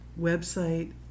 website